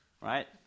right